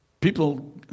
People